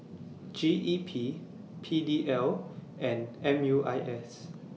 G E P P D L and M U I S